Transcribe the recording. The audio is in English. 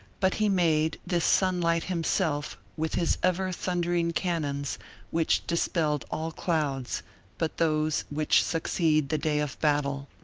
but he made this sunlight himself with his ever-thundering cannons which dispelled all clouds but those which succeed the day of battle.